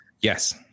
Yes